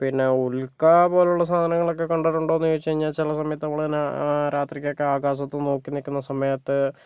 പിന്നെ ഉൽക്ക പോലുള്ള സാധനങ്ങളൊക്കെ കണ്ടിട്ടുണ്ടോ എന്ന് ചോദിച്ചു കഴിഞ്ഞാൽ ചില സമയത്ത് നമ്മൾ തന്നെ രാത്രിയൊക്കെ ആകാശത്ത് നോക്കി നിൽക്കുന്ന സമയത്ത്